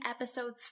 episodes